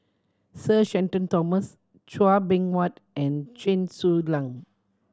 Sir Shenton Thomas Chua Beng Huat and Chen Su Lan